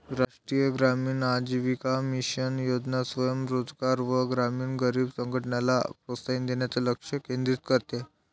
राष्ट्रीय ग्रामीण आजीविका मिशन योजना स्वयं रोजगार व ग्रामीण गरीब संघटनला प्रोत्साहन देण्यास लक्ष केंद्रित करते